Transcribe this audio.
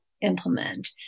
implement